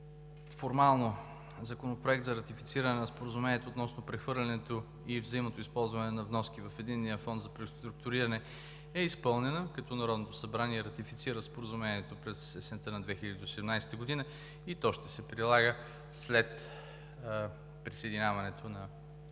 Мярката „Законопроект за ратифициране на Споразумението относно прехвърлянето и взаимното използване на вноски в Единния фонд за преструктуриране“ е изпълнена, като Народното събрание е ратифицирало Споразумението през есента на 2018 г. и то ще се прилага след присъединяването на